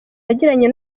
yagiranye